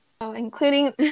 including